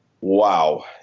wow